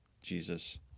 Jesus